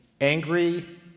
angry